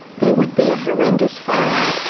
there would be a horrendous fire.